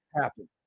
happen